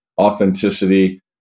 authenticity